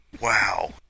Wow